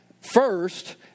first